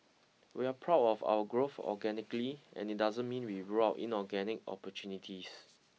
we're proud of our growth organically and it doesn't mean we rule out inorganic opportunities